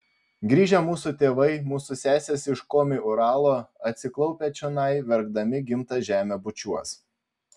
grįžę mūsų tėvai mūsų sesės iš komi uralo atsiklaupę čionai verkdami gimtą žemę bučiuos